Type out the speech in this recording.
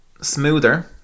Smoother